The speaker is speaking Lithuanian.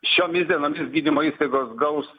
šiomis dienomis gydymo įstaigos gaus